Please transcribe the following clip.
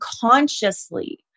consciously